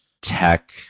tech